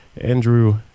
Andrew